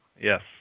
Yes